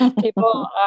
people